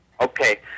okay